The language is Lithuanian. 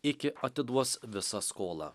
iki atiduos visą skolą